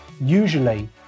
Usually